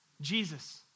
Jesus